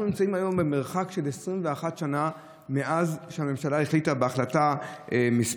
אנחנו נמצאים היום במרחק של 21 שנה מאז שהממשלה החליטה את החלטה מס'